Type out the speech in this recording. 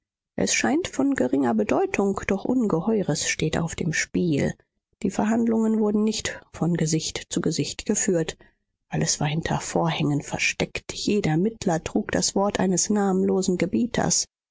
es scheint von geringer bedeutung doch ungeheures steht auf dem spiel die verhandlungen wurden nicht von gesicht zu gesicht geführt alles war hinter vorhängen versteckt jeder mittler trug das wort eines namenlosen gebieters